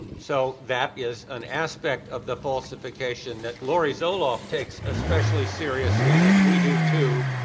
so that is an aspect of the falsification that laurie zoloth takes especially seriously and we do too.